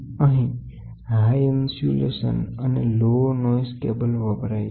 અંહી high insulation અને low noise cable વપરાય છે